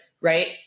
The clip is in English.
Right